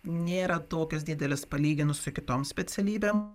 nėra tokios didelės palyginus su kitom specialybėm